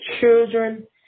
children